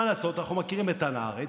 מה לעשות, אנחנו מכירים את חנה ארנדט.